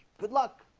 good luck